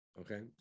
Okay